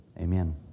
Amen